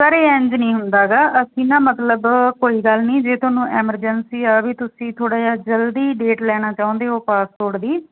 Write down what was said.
sir ਇਹ ਇੰਝ ਨਹੀਂ ਹੁੰਦਾ ਗਾ ਅਸੀਂ ਨਾ ਮਤਲਬ ਕੋਈ ਗੱਲ ਨਹੀਂ ਜੇ ਤੁਹਾਨੂੰ ਐਮਰਜੈਂਸੀ ਆ ਵੀ ਤੁਸੀਂ ਥੋੜ੍ਹਾ ਜਿਹਾ ਜਲਦੀ ਡੇਟ ਲੈਣਾ ਚਾਹੁੰਦੇ ਹੋ ਪਾਸਪੋਰਟ ਦੀ